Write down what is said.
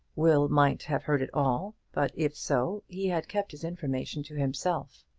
will might have heard it all, but if so he had kept his information to himself.